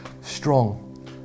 strong